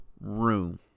room